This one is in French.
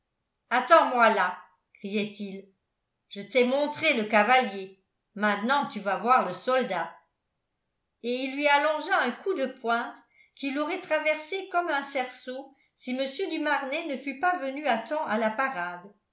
attends-moi là criait-il je t'ai montré le cavalier maintenant tu vas voir le soldat et il lui allongea un coup de pointe qui l'aurait traversé comme un cerceau si mr du marnet ne fût pas venu à temps à la parade